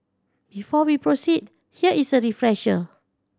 before we proceed here is a refresher